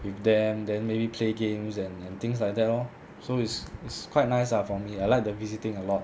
with them then maybe play games and things like that lor so it's it's quite nice ah for me I like the visiting a lot